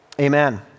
Amen